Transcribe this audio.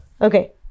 Okay